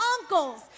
uncles